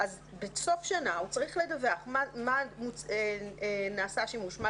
בסוף שנה הוא צריך לדווח במה נעשה שימוש במה